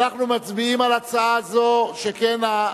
אנחנו מצביעים על הצעה זו, שכן,